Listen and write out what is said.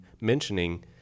mentioning